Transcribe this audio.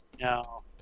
No